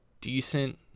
decent